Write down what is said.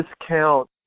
discount